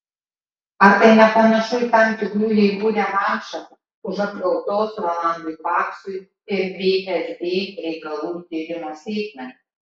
ar tai nepanašu į tam tikrų jėgų revanšą už apkaltos rolandui paksui ir vsd reikalų tyrimo sėkmę